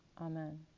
Amen